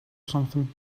something